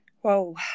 Whoa